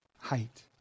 height